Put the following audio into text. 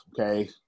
okay